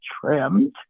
trimmed